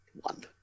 One